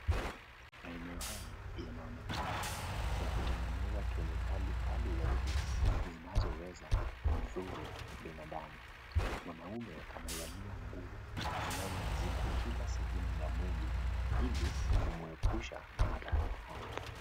Maeneo haya yanaonekana ya kutengeneza kemikali kali zaidi zinazoweza kumdhuru binadamu mwanaume amevalia nguo zinazomziba kila sehemu ya mwili ili kumuepusha na madhara hayo.